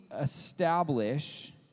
establish